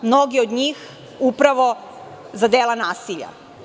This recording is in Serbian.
Mnoge od njih upravo za dela nasilja.